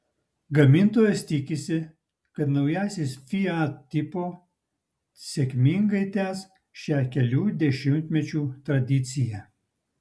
gamintojas tikisi kad naujasis fiat tipo sėkmingai tęs šią kelių dešimtmečių tradiciją